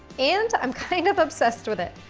and i'm kind of obsessed with it.